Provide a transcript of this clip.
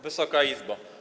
Wysoka Izbo!